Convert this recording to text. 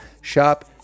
shop